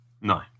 No